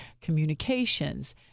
communications